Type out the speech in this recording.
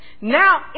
Now